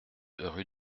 rue